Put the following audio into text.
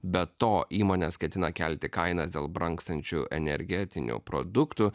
be to įmonės ketina kelti kainas dėl brangstančių energetinių produktų